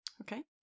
Okay